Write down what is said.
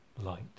light